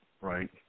right